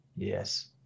Yes